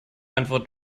antwort